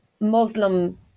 muslim